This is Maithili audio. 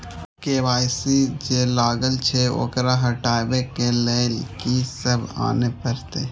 के.वाई.सी जे लागल छै ओकरा हटाबै के लैल की सब आने परतै?